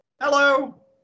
hello